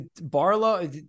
Barlow